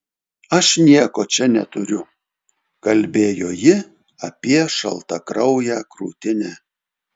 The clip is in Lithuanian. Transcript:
aš nieko čia neturiu kalbėjo ji apie šaltakrauję krūtinę